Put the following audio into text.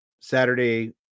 Saturday